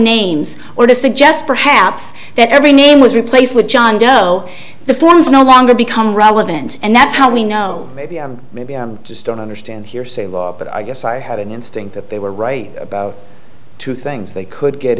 names or to suggest perhaps that every name was replaced with john doe the forms no longer become relevant and that's how we know maybe maybe i just don't understand hearsay but i guess i had an instinct that they were right about two things they could get